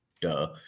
duh